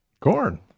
Corn